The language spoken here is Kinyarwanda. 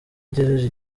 agejeje